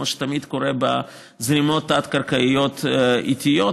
כמו שתמיד קורה בזרימות תת-קרקעיות איטיות,